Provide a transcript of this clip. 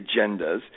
agendas